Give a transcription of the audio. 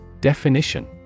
Definition